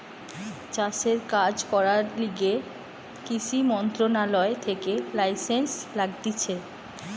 চাষের কাজ করার লিগে কৃষি মন্ত্রণালয় থেকে লাইসেন্স লাগতিছে